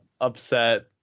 upset